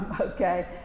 Okay